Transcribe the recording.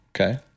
Okay